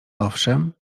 owszem